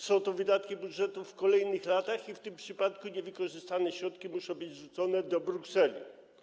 Są to wydatki budżetu w kolejnych latach i w tym przypadku niewykorzystane środki muszą być zwrócone do Brukseli.